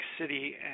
City